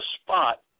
spot